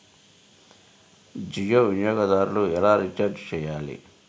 జియో వినియోగదారులు ఎలా రీఛార్జ్ చేయాలి?